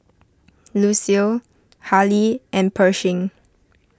Lucille Hali and Pershing